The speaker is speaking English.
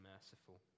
merciful